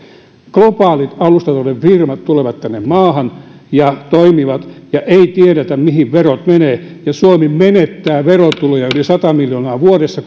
globaalit alustatalouden firmat tulevat tänne maahan ja toimivat ja ei tiedetä mihin verot menevät ja suomi menettää verotuloja yli sata miljoonaa vuodessa